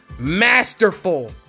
masterful